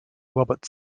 robert